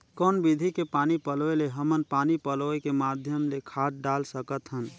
कौन विधि के पानी पलोय ले हमन पानी पलोय के माध्यम ले खाद डाल सकत हन?